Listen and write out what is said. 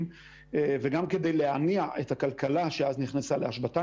וגם כדי להניע את הכלכלה שאז נכנסה להשבתה,